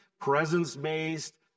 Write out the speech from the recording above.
Presence-based